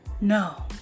No